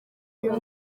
uyu